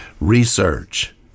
research